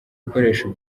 bikoresho